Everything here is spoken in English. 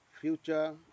Future